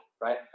right